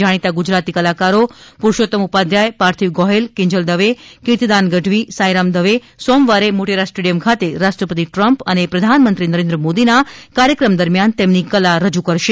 જાણીતા ગુજરાતી કલાકારો પુરુષોત્તમ ઉપાધ્યાય પાર્થિવ ગોહિલ કિંજલ દવે કીર્તિદાન ગઢવી સાઈરામ દવે સોમવારે મોટેરા સ્ટેડિયમ ખાતે રાષ્ટ્રપતિ ટ્રમ્પ અને પ્રધાન મંત્રી નરેન્દ્ર મોદીના કાર્યક્રમ દરમિયાન તેમની કલા રજુ કરશે